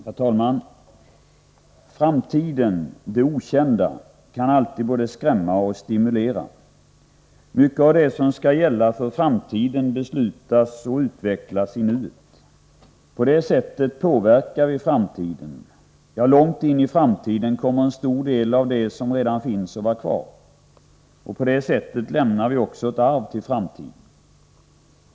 Herr talman! Framtiden — det okända — kan alltid både skrämma och stimulera. Mycket av det som skall gälla för framtiden beslutas och utvecklas i nuet. På det sättet påverkar vi framtiden. Långt in i framtiden kommer en stor del av det som redan finns att vara kvar. På det sättet lämnar vi ett arv till framtiden.